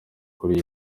kuri